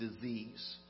disease